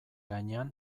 gainean